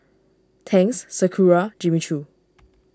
Tangs Sakura Jimmy Choo